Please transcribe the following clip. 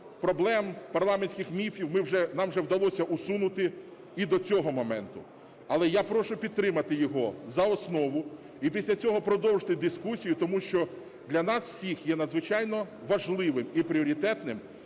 проблем, парламентських міфів нам вже вдалося усунути і до цього моменту. Але я прошу підтримати його за основу і після цього продовжити дискусію. Тому що для нас всіх є надзвичайно важливим і пріоритетним,